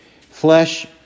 flesh